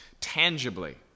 tangibly